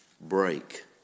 break